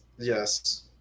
Yes